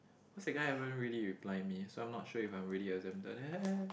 cause that guy haven't really reply me so I'm not sure if I'm really exempted